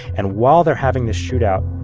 and while they're having this shootout,